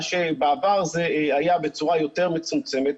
מה שבעבר זה היה בצורה יותר מצומצמת.